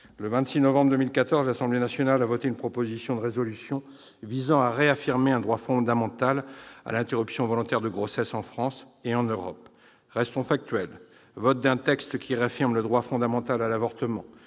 Le 26 novembre 2014, l'Assemblée nationale a voté une proposition de résolution visant à réaffirmer le droit fondamental à l'interruption volontaire de grossesse en France et en Europe. J'énumère les faits : vote d'un texte qui réaffirme le droit fondamental à l'avortement,